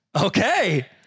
Okay